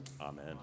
Amen